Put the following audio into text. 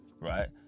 right